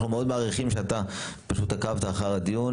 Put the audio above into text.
אנחנו מאוד מעריכים שאתה פשוט עקבת אחר הדיון